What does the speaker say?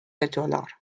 دلار